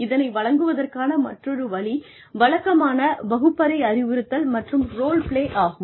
இதனை வழங்குவதற்கான மற்றொரு வழி வழக்கமான வகுப்பறை அறிவுறுத்தல் மற்றும் ரோல் பிளே ஆகும்